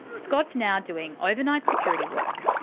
scott's now doing overnight security work,